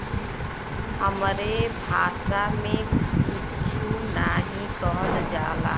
हमरे भासा मे कुच्छो नाहीं कहल जाला